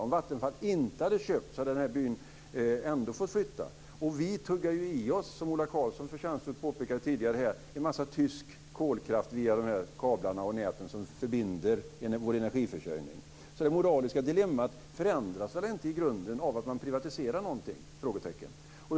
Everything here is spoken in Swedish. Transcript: Även om Vattenfall inte hade köpt hade den här byn ändå fått flytta. Vi tuggar i oss, som Ola Karlsson förtjänstfullt tidigare påpekade här, en massa tysk kolkraft via de kablar och nät som förbinder energi för vår energiförsörjning. Det moraliska dilemmat förändras väl inte i grunden av att man privatiserar någonting?